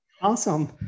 Awesome